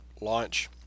launch